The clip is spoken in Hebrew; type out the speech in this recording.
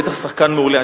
בטח שחקן מעולה.